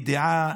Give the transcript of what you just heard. היא דעה